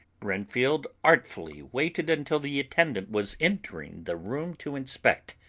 renfield artfully waited until the attendant was entering the room to inspect.